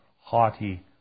haughty